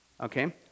Okay